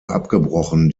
abgebrochen